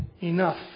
enough